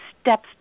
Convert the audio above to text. steps